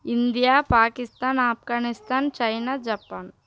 India Pakistan Afghanistan China Japan